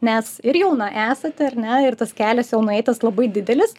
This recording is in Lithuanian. nes ir jauna esate ar ne ir tas kelias jau nueitas labai didelis